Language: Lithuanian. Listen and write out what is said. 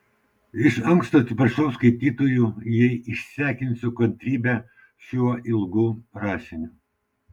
iš anksto atsiprašau skaitytojų jei išsekinsiu kantrybę šiuo ilgu rašiniu